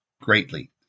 greatly